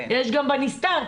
יש גם בנסתר,